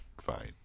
Fine